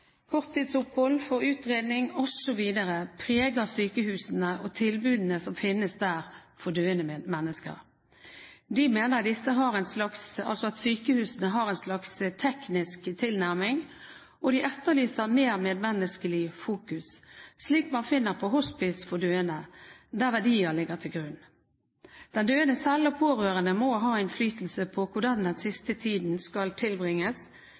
korttidsopphold for utredning osv. preger sykehusene og tilbudene som finnes der for døende mennesker. De mener at sykehusene har en slags teknisk tilnærming og etterlyser mer medmenneskelig fokus, slik man finner på hospice for døende, der verdier ligger til grunn. Den døende selv og pårørende må ha innflytelse på hvordan den siste tiden skal tilbringes,